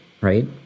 Right